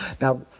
now